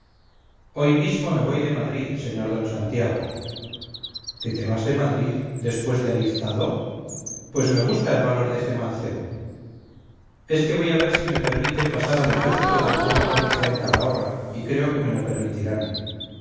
hoy mismo me voy de madrid sr d santiago que te vas de madrid después de alistado pues me gusta el valor de este mancebo es que voy a ver si me permiten pasar al ejército del centro que está en calahorra y creo que me lo permitirán